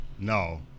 No